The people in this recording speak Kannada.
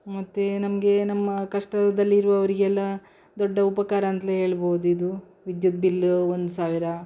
ಮತ್ತು ನಮಗೆ ನಮ್ಮ ಕಷ್ಟದಲ್ಲಿರುವವ್ರಿಗೆಲ್ಲ ದೊಡ್ಡ ಉಪಕಾರ ಅಂತಲೇ ಹೇಳ್ಬೋದಿದು ವಿದ್ಯುತ್ ಬಿಲ್ಲ್ ಒಂದು ಸಾವಿರ